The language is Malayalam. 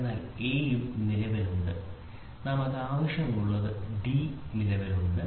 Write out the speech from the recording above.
അതിനാൽ എയും നിലവിലുണ്ട് നമുക്ക് ആവശ്യമുള്ളത് ഡി നിലവിലുണ്ട്